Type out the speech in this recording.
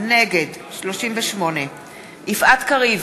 נגד יפעת קריב,